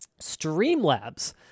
Streamlabs